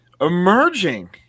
emerging